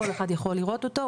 כל אחד יכול לראות אותו,